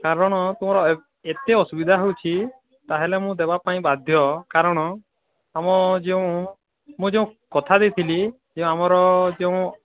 କାରଣ ତୁମର ଏତେ ଅସୁବିଧା ହେଉଛି ତା'ହେଲେ ମୁଁ ଦେବାପାଇଁ ବାଧ୍ୟ କାରଣ ତୁମେ ଯେଉଁ ମୁଁ ଯେଉଁ କଥା ଦେଇଥିଲି ସେ ଆମର ଯେଉଁ